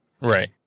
Right